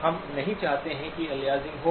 हम नहीं चाहते कि अलियासिंग हो